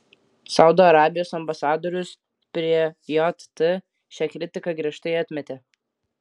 saudo arabijos ambasadorius prie jt šią kritiką griežtai atmetė